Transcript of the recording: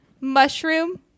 mushroom